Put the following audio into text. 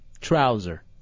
Trouser